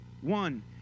one